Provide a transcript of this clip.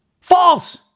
false